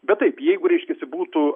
bet taip jeigu reiškiasi būtų